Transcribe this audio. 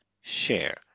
share